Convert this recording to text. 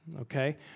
okay